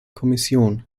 kommission